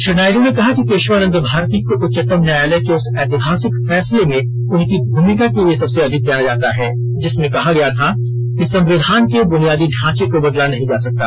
श्री नायड् ने कहा कि केशवानंद भारती को उच्चतम न्यायालय के उस ऐतिहासिक फैसले में उनकी भूमिका के लिए सबसे अधिक जाना जाता है जिसमें कहा गया था कि संविधान के बुनियादी ढांचे को बदला नहीं जा सकता